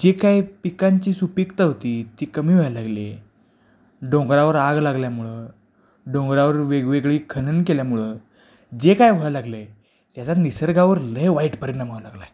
जे काय पिकांची सुपिकता होती ती कमी व्हायला लागली डोंगरावर आग लागल्यामुळं डोंगरावर वेगवेगळी खनन केल्यामुळं जे काय व्हाय लागलं आहे त्याचा निसर्गावर लय वाईट परिणाम व्हाय लागला आहे